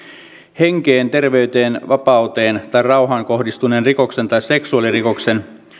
henkeen terveyteen vapauteen tai rauhaan kohdistuneen rikoksen tai seksuaalirikoksen